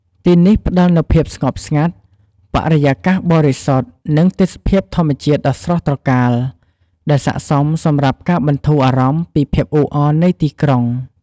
ទីនេះផ្ដល់នូវភាពស្ងប់ស្ងាត់ បរិយាកាសបរិសុទ្ធ និងទេសភាពធម្មជាតិដ៏ស្រស់ត្រកាល ដែលស័ក្តិសមសម្រាប់ការបន្ធូរអារម្មណ៍ពីភាពអ៊ូអរនៃទីក្រុង។